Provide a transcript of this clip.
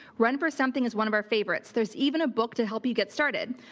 run for something is one of our favorites. there's even a book to help you get started.